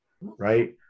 right